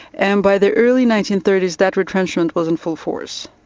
and by the early nineteen thirty s that retrenchment was in full force.